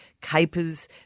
capers